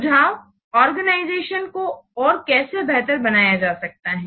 सुझावआर्गेनाईजेशन को और कैसे बेहतर बनाया जा सकता है